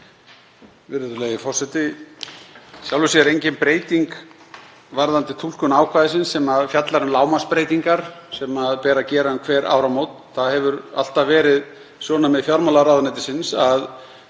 Virðulegur forseti. Í sjálfu sér er engin breyting varðandi túlkun ákvæðisins sem fjallar um lágmarksbreytingar sem ber að gera um hver áramót. Það hefur alltaf verið sjónarmið fjármálaráðuneytisins að